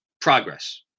progress